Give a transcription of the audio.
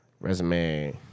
Resume